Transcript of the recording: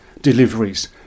deliveries